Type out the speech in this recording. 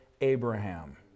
Abraham